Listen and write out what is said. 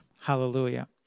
Hallelujah